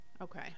Okay